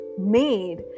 made